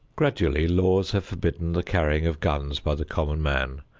gradually laws have forbidden the carrying of guns by the common man,